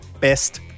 best